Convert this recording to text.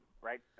right